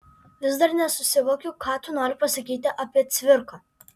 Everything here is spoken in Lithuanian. vis dar nesusivokiu ką tu nori pasakyti apie cvirką